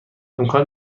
امکان